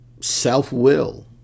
self-will